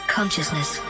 Consciousness